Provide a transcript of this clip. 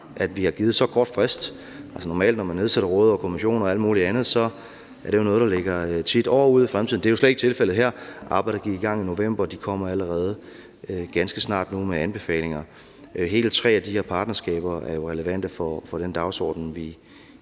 at vi er givet så kort frist. Altså, normalt er det sådan, når man nedsætter råd og kommissioner og alt muligt andet, at det tit er noget, der ligger år ude i fremtiden, og det er jo slet ikke tilfældet her. Arbejdet gik i gang i november, og de kommer allerede ganske snart med nogle af anbefalingerne. Og hele tre af de her partnerskaber er jo relevante for den dagsorden, vi